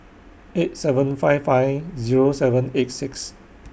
eight seven five five Zero seven eight six